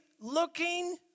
looking